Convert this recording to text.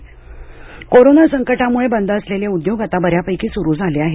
उद्योग कोरोना संकटामुळे बंद सलेले उद्योग आता बऱ्यापैकी सुरू झाले आहेत